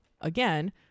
again